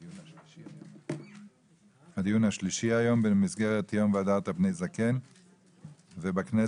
הדיון הזה הוא השלישי היום במסגרת יום ״והדרת פני זקן״ בכנסת,